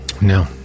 No